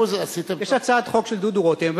יש הצעת חוק של דודו רותם.